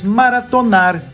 maratonar